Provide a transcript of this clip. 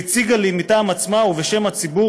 והציגה לי מטעם עצמה ובשם הציבור,